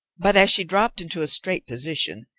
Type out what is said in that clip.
but as she dropped into a straight position,